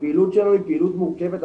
הפעילות שלו היא פעילות מורכבת,